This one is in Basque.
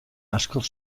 askoz